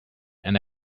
and